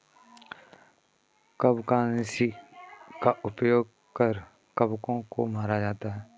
कवकनाशी का उपयोग कर कवकों को मारा जाता है